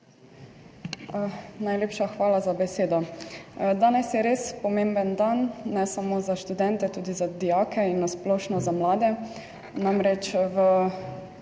Najlepša hvala za besedo. Danes je res pomemben dan, ne samo za študente, tudi za dijake in na splošno za mlade.